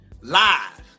live